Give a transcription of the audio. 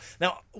Now